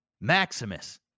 Maximus